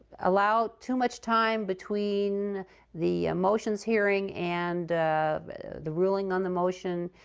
allow too much time between the motions hearing and the ruling on the motion?